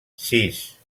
sis